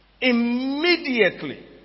immediately